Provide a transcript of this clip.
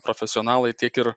profesionalai tiek ir